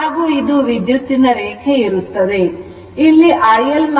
ಹಾಗೂ ಇದು ವಿದ್ಯುತ್ತಿನ ರೇಖೆ ಇರುತ್ತದೆ